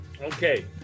Okay